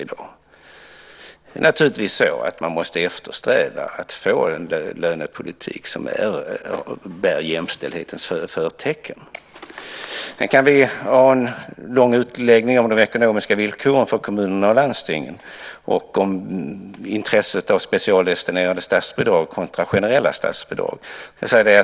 Man måste naturligtvis eftersträva en lönepolitik som bär jämställdhetens förtecken. Sedan kan vi ha en lång utläggning om de ekonomiska villkoren för kommunerna och landstingen och om intresset av specialdestinerade statsbidrag kontra generella statsbidrag.